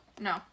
No